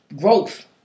growth